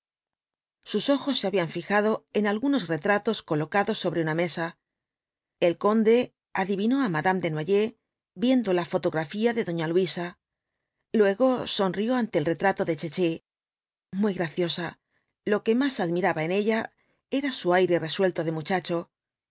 sus ojos se habían fijado en algunos retratos colocados sobre una mesa el conde adivinó á madame desnoyers viendo la fotografía de doña luisa luego sonrió ante el retrato de chichi muy graciosa lo que más admiraba en ella era su aire resuelto de muchacho